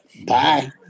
Bye